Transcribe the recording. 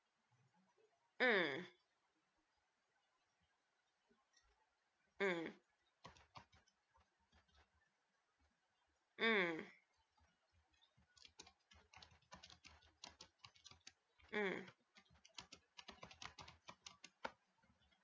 mm mm mm mm